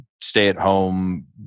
stay-at-home